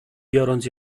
biorąc